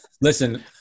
listen